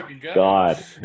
God